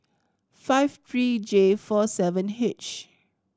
five three J four seven H